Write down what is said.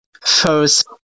first